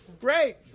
Great